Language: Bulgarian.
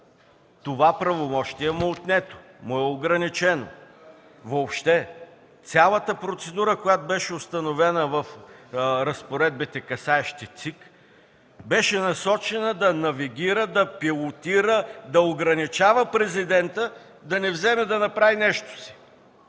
това правомощие му е отнето, му е ограничено! Въобще цялата процедура, която беше установена в разпоредбите, касаещи ЦИК, беше насочена да навигира, да пилотира, да ограничава –Президентът да не вземе да направи нещо си!